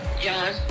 John